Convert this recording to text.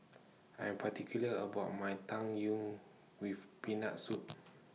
I Am particular about My Tang Yuen with Peanut Soup